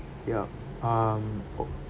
ya um o~